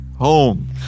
home